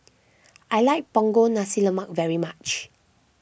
I like Punggol Nasi Lemak very much